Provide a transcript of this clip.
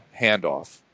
handoff